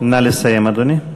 נא לסיים, אדוני.